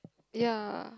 ya